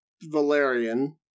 valerian